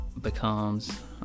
becomes